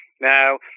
Now